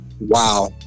wow